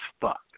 fuck